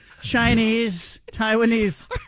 Chinese-Taiwanese